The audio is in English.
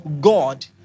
God